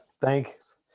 Thanks